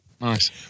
Nice